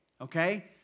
okay